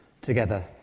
together